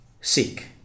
seek